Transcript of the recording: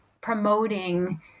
promoting